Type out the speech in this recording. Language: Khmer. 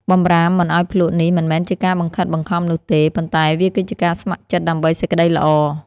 បម្រាមមិនឱ្យភ្លក្សនេះមិនមែនជាការបង្ខិតបង្ខំនោះទេ ប៉ុន្តែវាគឺជាការស្ម័គ្រចិត្តដើម្បីសេចក្តីល្អ។